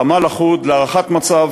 חמ"ל אחוד להערכת מצב